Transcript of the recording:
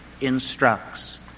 instructs